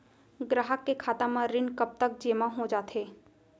ग्राहक के खाता म ऋण कब तक जेमा हो जाथे?